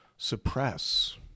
suppress